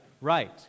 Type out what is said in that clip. Right